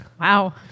Wow